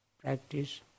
practice